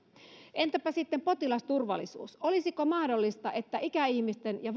entäpä sitten potilasturvallisuus olisiko mahdollista että ikäihmisten ja